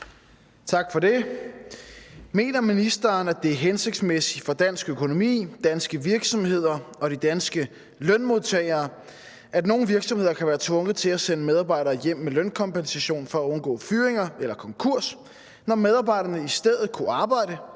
Tak for det. Mener ministeren, at det er hensigtsmæssigt for dansk økonomi, danske virksomheder og de danske lønmodtagere, at nogle virksomheder kan være tvunget til at sende medarbejdere hjem med lønkompensation for at undgå fyringer eller konkurs, når medarbejderne i stedet kunne arbejde,